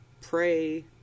pray